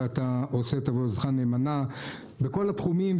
ואתה עושה את עבודתך נאמנה בכל בתחומים,